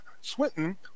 Swinton